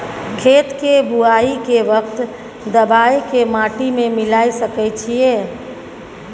खेत के बुआई के वक्त दबाय के माटी में मिलाय सके छिये?